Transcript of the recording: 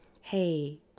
hey